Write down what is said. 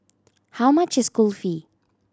how much is Kulfi